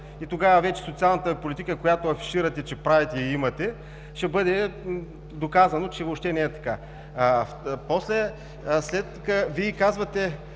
и тогава вече социалната Ви политика, която афиширате, че правите и имате, ще бъде доказано, че въобще не е така. Вие казвате: